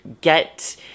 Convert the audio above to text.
get